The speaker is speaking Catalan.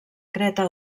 creta